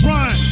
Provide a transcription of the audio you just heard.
Run